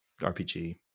RPG